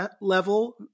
level